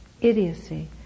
idiocy